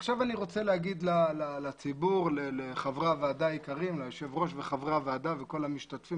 עכשיו אני רוצה להגיד ליושב-ראש וחברי הוועדה וכל המשתתפים.